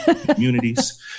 Communities